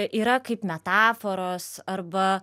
yra kaip metaforos arba